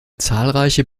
zahlreiche